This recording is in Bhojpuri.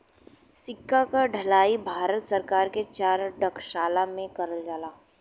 सिक्का क ढलाई भारत सरकार के चार टकसाल में करल जाला